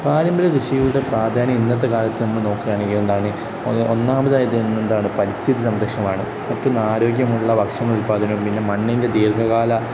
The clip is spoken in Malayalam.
പാരമ്പര്യ കൃഷിയുടെ പ്രാധാന്യം ഇന്നത്തെ കാലത്ത് നമ്മൾ നോക്കുകയാണെങ്കിൽ എന്താണ് ഒന്നാമതായത് എന്താണ് പരിസ്ഥിതി സംരക്ഷമാണ് മറ്റൊന്ന് ആരോഗ്യമുള്ള ഭക്ഷണ ഉൽപാദനവും പിന്നെ മണ്ണിൻ്റെ ദീർഘകാല